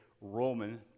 Roman